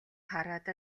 хараад